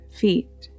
feet